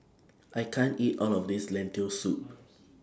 I can't eat All of This Lentil Soup